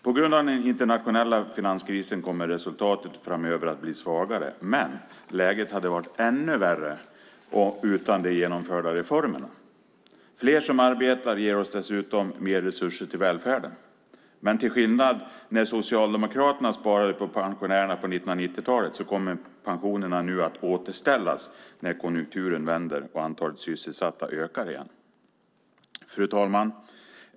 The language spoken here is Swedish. På grund av den internationella finanskrisen kommer resultatet framöver att bli svagare, men läget hade varit ännu värre utan de genomförda reformerna. Fler som arbetar ger oss dessutom mer resurser till välfärden. Men till skillnad från när Socialdemokraterna sparade på pensionärerna på 1990-talet kommer pensionerna nu att återställas när konjunkturen vänder och antalet sysselsatta ökar igen. Fru talman!